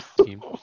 team